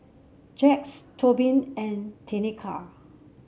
Jax Tobin and Tenika